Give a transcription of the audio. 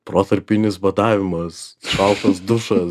protarpinis badavimas šaltas dušas